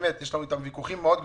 יש לנו איתם ויכוחים מאוד גדולים,